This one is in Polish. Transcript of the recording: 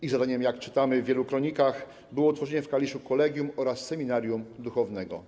Ich zadaniem, jak czytamy w wielu kronikach, było utworzenie w Kaliszu kolegium oraz seminarium duchownego.